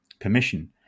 permission